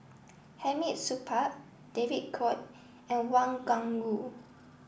Hamid Supaat David Kwo and Wang Gungwu